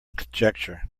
conjecture